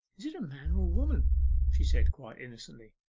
is it a man or woman she said, quite innocently.